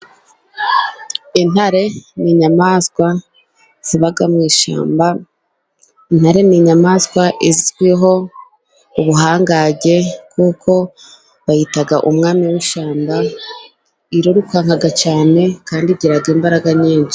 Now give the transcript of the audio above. Intare ni inyamaswa ziba mu ishyamba. Intare ni inyamaswa izwiho ubuhangange kuko bayita umwami w'ishyamba. Irirukanka cyane kandi igira imbaraga nyinshi.